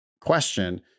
question